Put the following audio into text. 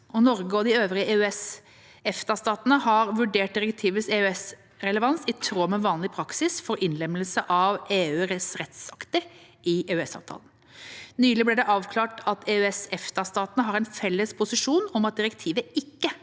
Norge og de øvrige EØS-/EFTA-statene har vurdert direktivets EØS-relevans i tråd med vanlig praksis for innlemmelse av EU-rettsakter i EØS-avtalen. Nylig ble det avklart at EØS-/EFTA-statene har en felles posisjon om at direktivet ikke